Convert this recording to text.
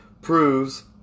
proves